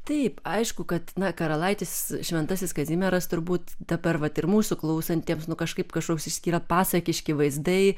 taip aišku kad na karalaitis šventasis kazimieras turbūt dabar vat ir mūsų klausantiems nu kažkaip kažkoks išskiria pasakiški vaizdai